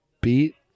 beat